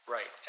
Right